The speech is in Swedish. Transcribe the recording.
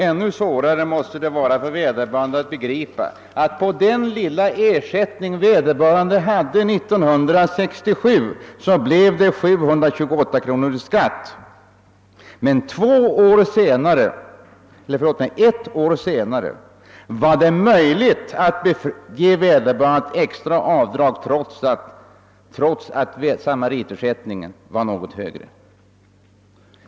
Ännu svårare måste det vara för vederbörande att begripa att det på den lilla ersättning hon hade 1967 skulle uttas 728 kronor i skatt, medan det ett år senare var möjligt att ge henne ett extra avdrag trots att sammaritersättningen då var något högre.